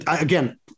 Again